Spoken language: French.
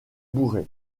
bourré